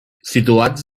situats